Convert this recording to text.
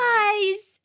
Guys